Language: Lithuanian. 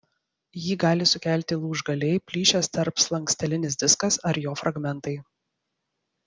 jį gali sukelti lūžgaliai plyšęs tarpslankstelinis diskas ar jo fragmentai